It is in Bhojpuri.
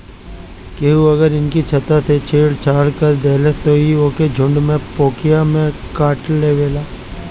केहू अगर इनकी छत्ता से छेड़ छाड़ कर देहलस त इ ओके झुण्ड में पोकिया में काटलेवेला